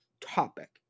topic